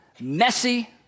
messy